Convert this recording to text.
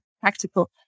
practical